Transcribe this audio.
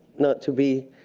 not to be